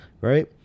right